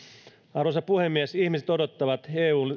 arvoisa puhemies ihmiset odottavat